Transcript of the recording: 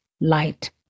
light